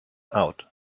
out